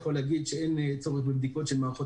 אני יכול להגיד שאין צורך בבדיקות של מערכות